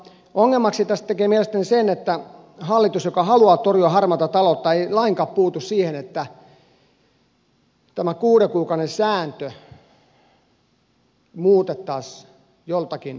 ongelman tästä tekee mielestäni se että hallitus joka haluaa torjua harmaata taloutta ei lainkaan puutu siihen että tämä kuuden kuukauden sääntö muutettaisiin joiltakin osin